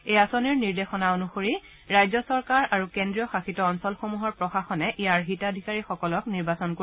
এই আঁচনিৰ নিৰ্দেশনা অনুসৰি ৰাজ্য চৰকাৰ আৰু কেন্দ্ৰীয়শাসিত অঞ্চলসমূহৰ প্ৰশাসনে ইয়াৰ হিতাধিকাৰীসকলক নিৰ্বাচিত কৰিব